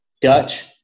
Dutch